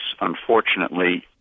Unfortunately